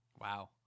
Wow